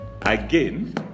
again